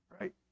right